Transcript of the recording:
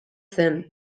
zen